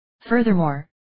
Furthermore